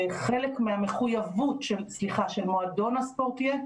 שחלק מהמחויבות של מועדון הספורט יהיה